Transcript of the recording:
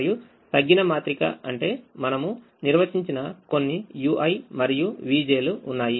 మరియు తగ్గిన మాత్రిక అంటే మనము నిర్వహించిన కొన్ని uiమరియు vjలు ఉన్నాయి